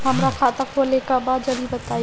हमरा खाता खोले के बा जरा बताई